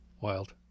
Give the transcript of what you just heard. Wild